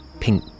pink